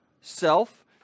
self